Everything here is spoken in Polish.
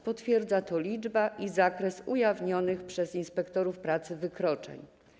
Potwierdza to liczba i zakres ujawnionych przez inspektorów pracy wykroczeń.